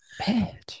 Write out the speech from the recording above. Bitch